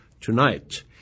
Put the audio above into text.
tonight